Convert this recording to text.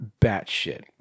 batshit